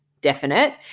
definite